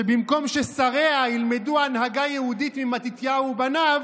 שבמקום ששריה ילמדו הנהגה יהודית ממתתיהו ובניו,